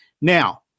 Now